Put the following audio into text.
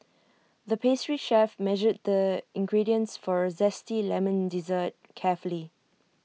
the pastry chef measured the ingredients for A Zesty Lemon Dessert carefully